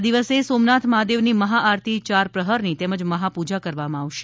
આ દિવસે સોમનાથ મહાદેવની મહાઆરતી યાર પ્રહારની તેમજ મહાપૂજા કરવામાં આવશે